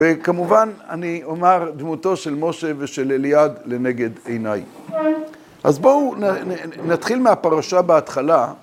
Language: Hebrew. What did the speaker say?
וכמובן אני אומר דמותו של משה ושל אליעד לנגד עיניי. אז בואו נתחיל מהפרשה בהתחלה.